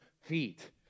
feet